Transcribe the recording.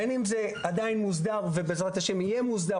בין אם זה עדיין לא מוסדר ובעזרת השם יהיה מוסדר.